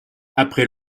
après